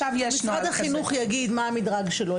משרד החינוך יגיד מה המדרג שלו,